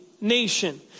nation